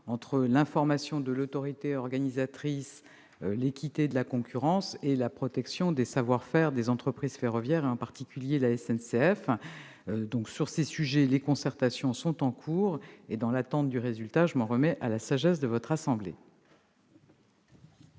entre l'information de l'autorité organisatrice, l'équité de la concurrence et la protection des savoir-faire des entreprises ferroviaires, en particulier de la SNCF. Sur ces sujets, les concertations sont en cours. Dans l'attente de leurs résultats, je m'en remets à la sagesse du Sénat.